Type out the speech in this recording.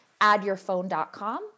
addyourphone.com